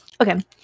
Okay